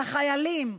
לחיילים,